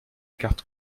carte